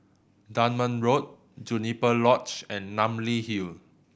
Dunman Road Juniper Lodge and Namly Hill